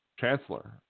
chancellor